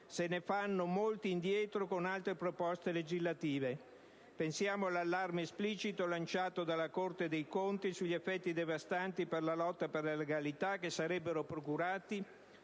se ne fanno molti indietro con altre proposte legislative. Pensiamo all'allarme esplicito lanciato dalla Corte dei conti sugli effetti devastanti per la lotta per la legalità che sarebbero procurati